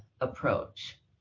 approach